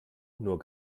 nur